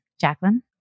Jacqueline